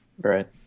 right